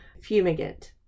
fumigant